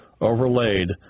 overlaid